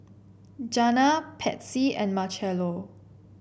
Janna Patsy and Marchello